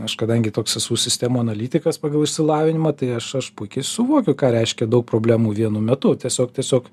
aš kadangi toks esu sistemų analitikas pagal išsilavinimą tai aš aš puikiai suvokiu ką reiškia daug problemų vienu metu tiesiog tiesiog